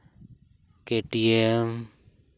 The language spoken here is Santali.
ᱠᱮ ᱴᱤ ᱮᱢ